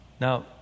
Now